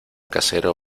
casero